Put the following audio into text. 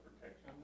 protection